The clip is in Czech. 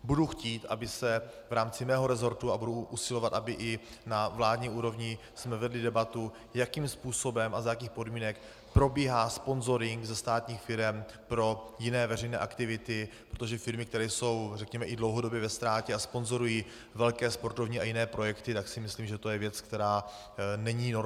Budu chtít, aby se v rámci mého resortu, a budu usilovat, abychom i na vládní úrovni jsme vedli debatu, jakým způsobem a za jakých podmínek probíhá sponzoring ze státních firem pro jiné veřejné aktivity, protože firmy, které jsou, řekněme, i dlouhodobě ve ztrátě a sponzorují velké sportovní a jiné projekty, tak si myslím, že to je věc, která není normální.